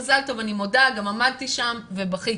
מזל טוב, אני מודה, גם עמדתי שם ובכיתי.